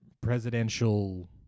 presidential